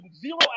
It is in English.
zero